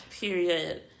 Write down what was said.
Period